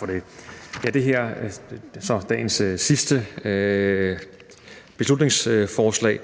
Tak for det. Dagens sidste beslutningsforslag